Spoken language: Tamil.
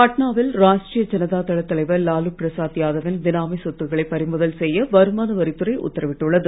பட்னாவில் ராஷ்டரிய ஜனதா தள தலைவர் லாலு பிரசாத் யாதவின் பினாமி சொத்துகளை பறிமுதல் செய்ய வருமான வரித்துறை உத்தரவிட்டுள்ளது